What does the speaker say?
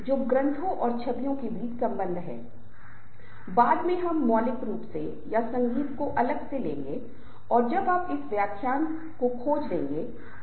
तो किसी को समूहों से संबंधित आंतरिक कहानी या आंतरिक समस्याओं को समझना होगा